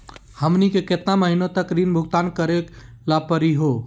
हमनी के केतना महीनों तक ऋण भुगतान करेला परही हो?